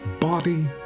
body